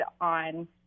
on